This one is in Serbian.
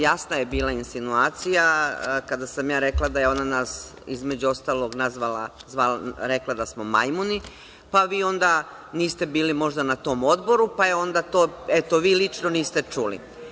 Jasna je bila insinuacija kada sam ja rekla da je ona, između ostalog, rekla da smo majmuni, pa vi onda niste bili možda na tom odboru, pa vi to lično niste čuli.